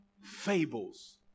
fables